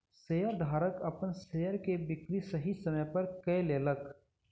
शेयरधारक अपन शेयर के बिक्री सही समय पर कय लेलक